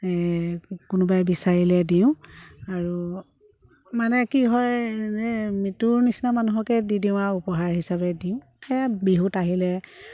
কোনোবাই বিচাৰিলে দিওঁ আৰু মানে কি হয় এই মিতুৰ নিচিনা মানুহকে দি দিওঁ আৰু উপহাৰ হিচাপে দিওঁ সেয়া বিহুত আহিলে